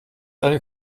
eine